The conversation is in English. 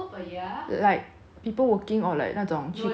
like people working or like 那种去逛街